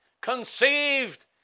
conceived